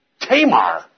Tamar